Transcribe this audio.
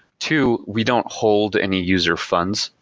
two we don't hold any user funds.